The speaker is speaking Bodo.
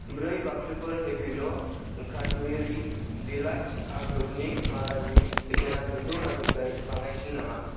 ब्रै बाक्सुफोर हेपिल' काश्मिरि डिलाक्स अख्रुतनि मादानि बेसेना नैजौ रांनिफ्राय बाङायसिन नामा